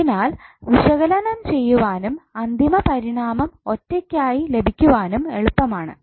അതിനാൽ വിശകലനം ചെയ്യുവാനും അന്തിമ പരിണാമം ഒറ്റയ്ക്കായി ലഭിക്കുവാനും എളുപ്പമാണ്